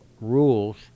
rules